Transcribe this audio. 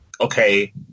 okay